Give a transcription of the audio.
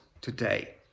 today